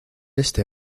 este